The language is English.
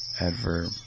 Adverb